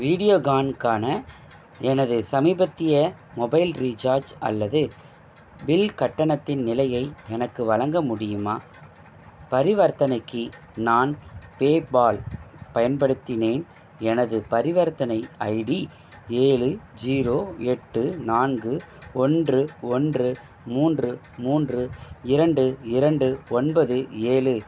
வீடியோகான்க்கான எனது சமீபத்திய mobile recharge அல்லது பில் கட்டணத்தின் நிலையை எனக்கு வழங்க முடியுமா பரிவர்த்தனைக்கு நான் பேபால் பயன்படுத்தினேன் எனது பரிவர்த்தனை ஐடி ஏழு ஜீரோ எட்டு நான்கு ஒன்று ஒன்று மூன்று மூன்று இரண்டு இரண்டு ஒன்பது ஏழு